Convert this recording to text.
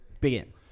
Begin